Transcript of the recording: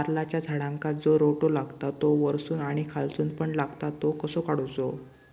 नारळाच्या झाडांका जो रोटो लागता तो वर्सून आणि खालसून पण लागता तो कसो काडूचो?